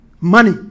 Money